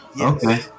okay